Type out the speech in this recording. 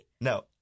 No